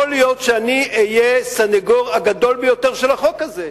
יכול להיות שאני אהיה הסניגור הגדול ביותר של החוק הזה.